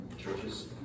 churches